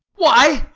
why!